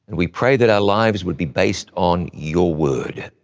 we pray that our lives would be based on your word.